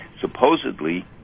supposedly